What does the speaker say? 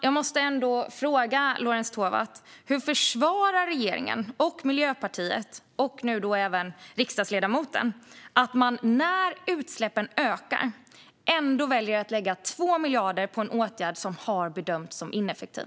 Jag måste ändå fråga Lorentz Tovatt: Hur försvarar regeringen och Miljöpartiet, och nu även riksdagsledamoten, att man när utsläppen ökar ändå väljer att lägga 2 miljarder på en åtgärd som har bedömts som ineffektiv?